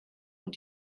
und